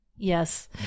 Yes